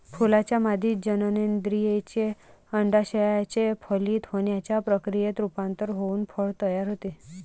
फुलाच्या मादी जननेंद्रियाचे, अंडाशयाचे फलित होण्याच्या प्रक्रियेत रूपांतर होऊन फळ तयार होते